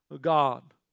God